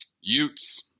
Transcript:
Utes